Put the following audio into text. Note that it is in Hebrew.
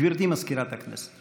גברתי מזכירת הכנסת.